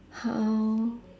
how